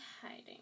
hiding